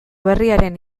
berriaren